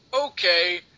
Okay